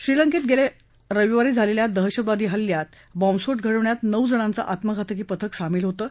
श्रीलंकेत गेल्या रविवारी झालेल्या दहशतवादी हल्ल्यात बँम्बस्फोट घडवण्यात नऊ जणांचं आत्मघातकी पथक सामील होतं